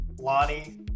Lonnie